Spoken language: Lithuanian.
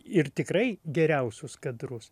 ir tikrai geriausius kadrus